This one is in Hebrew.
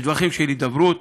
יש דרכים של הידברות.